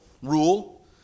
Rule